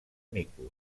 micos